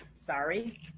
sorry